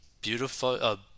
beautiful